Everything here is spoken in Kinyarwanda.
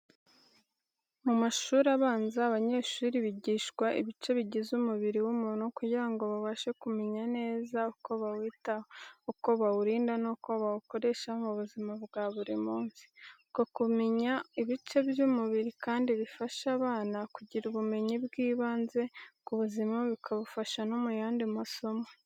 Mu mashuri abanza, abanyeshuri bigishwa ibice bigize umubiri w’umuntu kugira ngo babashe kumenya neza uko bawitaho, uko bawurinda n’uko bawukoresha mu buzima bwa buri munsi. Uko kumenya ibice by’umubiri kandi bifasha abana kugira ubumenyi bw’ibanze ku buzima, bikabafasha no mu yandi masomo.